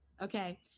Okay